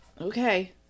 Okay